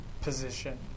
position